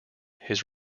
his